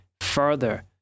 further